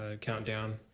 countdown